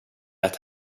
att